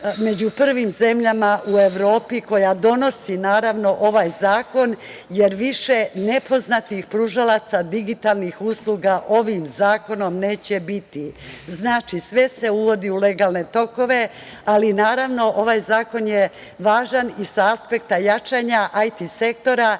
među prvim zemljama u Evropi koja donosi ovaj zakon, jer više nepoznatih pružalaca digitalnih usluga ovim zakonom neće biti. Sve se uvodi u legalne tokove, ali naravno, ovaj zakon je važan i sa aspekta jačanja IT sektora,